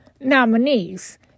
nominees